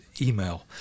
email